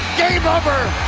game over